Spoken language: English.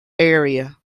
area